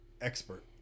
expert